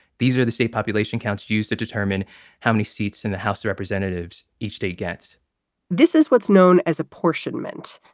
these are the same population counts used to determine how many seats in the house of representatives each state gets this is what's known as apportionment.